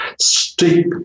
stick